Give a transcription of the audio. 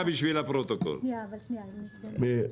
מי את?